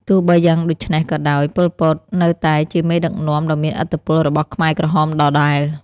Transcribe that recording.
ទោះបីយ៉ាងដូច្នេះក៏ដោយ ប៉ុល ពត នៅតែជាមេដឹកនាំដ៏មានឥទ្ធិពលរបស់ខ្មែរក្រហមដដែល។